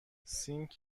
سینک